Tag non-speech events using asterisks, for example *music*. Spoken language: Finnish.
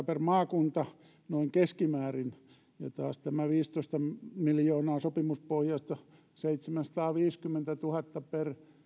*unintelligible* per maakunta noin keskimäärin ja tämä viisitoista miljoonaa sopimuspohjaista taas seitsemänsataaviisikymmentätuhatta per